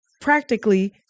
practically